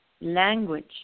language